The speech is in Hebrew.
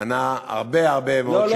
ענה על הרבה מאוד שאילתות.